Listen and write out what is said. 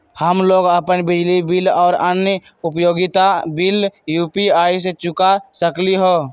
हम लोग अपन बिजली बिल और अन्य उपयोगिता बिल यू.पी.आई से चुका सकिली ह